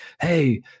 hey